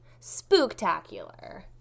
Spooktacular